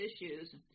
issues